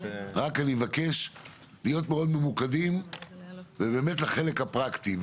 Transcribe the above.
אני מבקש להיות מאוד ממוקדים ובאמת לחלק הפרקטי.